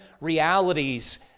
realities